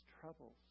troubles